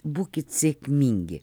būkit sėkmingi